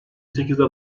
sekizde